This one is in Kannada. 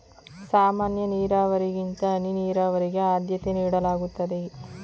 ಸಾಮಾನ್ಯ ನೀರಾವರಿಗಿಂತ ಹನಿ ನೀರಾವರಿಗೆ ಆದ್ಯತೆ ನೀಡಲಾಗುತ್ತದೆ